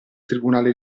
tribunale